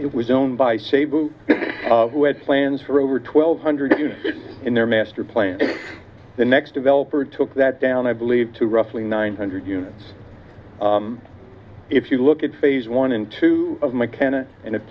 it was owned by sabin who had plans for over twelve hundred units in their master plan the next developer took that down i believe to roughly nine hundred units if you look at phase one and two of mckenna and it